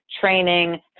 training